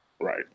Right